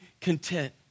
content